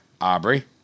Aubrey